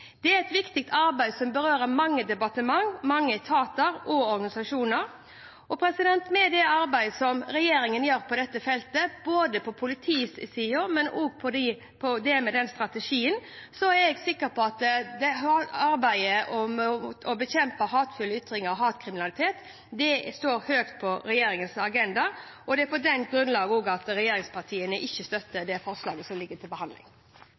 organisasjoner. Med det arbeidet som regjeringen gjør på dette feltet, både på politisida og med strategien, er jeg sikker på at arbeidet med å bekjempe hatefulle ytringer og hatkriminalitet står høyt på regjeringens agenda. Det er på det grunnlaget at regjeringspartiene ikke støtter forslaget som ligger til behandling.